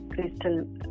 crystal